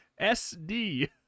SD